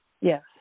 Yes